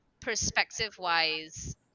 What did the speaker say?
perspective-wise